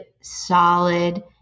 solid